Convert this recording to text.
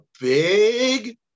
big